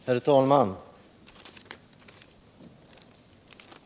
Herr talman!